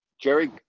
Jerry